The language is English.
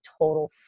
total